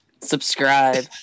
Subscribe